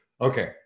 Okay